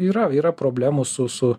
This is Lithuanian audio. yra yra problemų su su